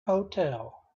hotel